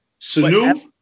Sanu